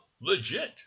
legit